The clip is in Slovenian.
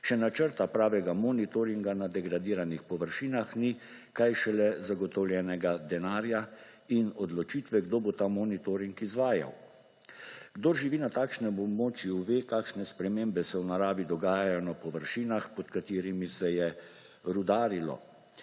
Še načrta pravega monitoringa na degradiranih površinah ni, kaj šele zagotovljenega denarja in odločitve, kdo bo ta monitoring izvajal. Kdor živi na takšnem območju, ve, kakšne spremembe se v naravi dogajajo na površinah, pod katerimi se je rudarilo.